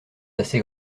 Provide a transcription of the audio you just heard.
assez